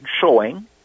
showing